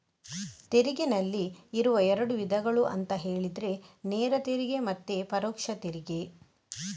ತೆರಿಗೆನಲ್ಲಿ ಇರುವ ಎರಡು ವಿಧಗಳು ಅಂತ ಹೇಳಿದ್ರೆ ನೇರ ತೆರಿಗೆ ಮತ್ತೆ ಪರೋಕ್ಷ ತೆರಿಗೆ